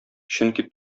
чөнки